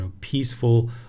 peaceful